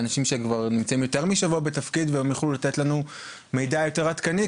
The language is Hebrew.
אנשים שהם נמצאים יותר משבוע בתפקיד והם יוכלו לתת לנו מידע יותר עדכני?